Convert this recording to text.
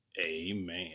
amen